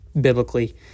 biblically